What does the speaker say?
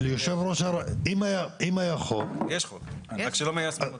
אם היה חוק --- יש, רק שלא מיישמים.